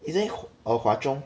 isn't it err hwa chong